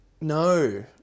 No